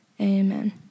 Amen